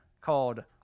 called